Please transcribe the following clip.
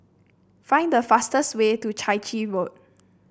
find the fastest way to Chai Chee Road